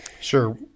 Sure